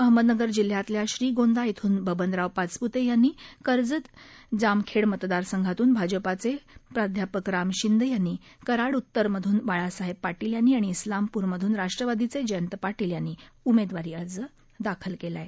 अहमदनगर जिल्ह्यातल्या श्रीगोंदा श्रिन बबनराव पाचपुते यांनी कर्जत जामखेड मतदारसंघातून भाजपाचे प्राध्यापक राम शिंदे यांनी कराड उत्तरमधून बाळासाहेब पाटील यांनी आणि उेलामपूर मधून राष्ट्रवादीचे जयंत पाटील यांनी उमेदवारी अर्ज दाखल केला आहे